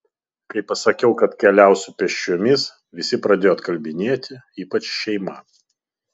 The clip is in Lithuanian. kai pasakiau kad keliausiu pėsčiomis visi pradėjo atkalbinėti ypač šeima